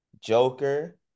Joker